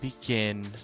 begin